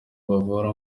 bavura